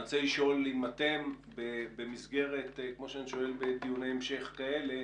אני רוצה לשאול, כמו שאני שואל בדיוני המשך כאלה,